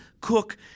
cook